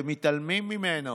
אתם מתעלמים ממנו.